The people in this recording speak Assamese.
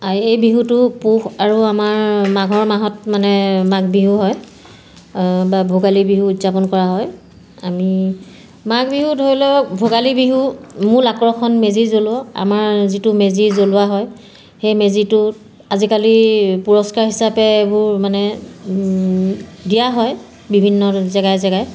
এই বিহুটো পুহ আৰু আমাৰ মাঘৰ মাহত মানে মাঘ বিহু হয় বা ভোগালী বিহু উদযাপন কৰা হয় আমি মাঘ বিহু ধৰি লওক ভোগালী বিহু মূল আকৰ্ষণ মেজি জ্বলোৱা আমাৰ যিটো মেজি জ্বলোৱা হয় সেই মেজিটোত আজিকালি পুৰস্কাৰ হিচাপে এইবোৰ মানে দিয়া হয় বিভিন্ন জেগাই জেগাই